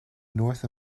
north